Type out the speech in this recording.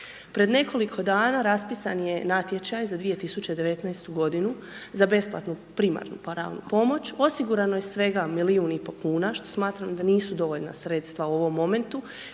Pred nekoliko dana raspisan je natječaj za 2019. godinu za besplatnu primarnu pravnu pomoć, osigurano je svega milijun i pol kuna što smatram da nisu dovoljna sredstva u ovom momentu,